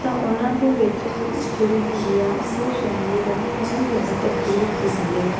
ਤਾਂ ਉਹਨਾਂ ਦੇ ਵਿੱਚ ਜਿਹੜੀ ਹੈਗੀ ਆ ਇੰਗਲਿਸ਼ ਲੈਂਗੁਏਜ ਆ ਉਹਨੂੰ ਜ਼ਿਆਦਾ ਤਰਜੀਹ ਦਿੱਤੀ ਜਾਂਦੀ ਆ